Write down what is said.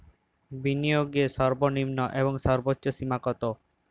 বিনিয়োগের সর্বনিম্ন এবং সর্বোচ্চ সীমা কত?